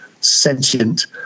sentient